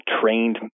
trained